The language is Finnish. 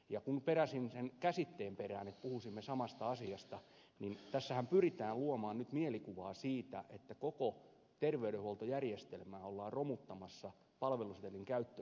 ja kun peräsin sen käsitteen perään että puhuisimme samasta asiasta niin tässähän pyritään luomaan nyt mielikuvaa siitä että koko terveydenhuoltojärjestelmää ollaan romuttamassa palvelusetelin käyttöönoton myötä